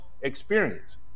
experience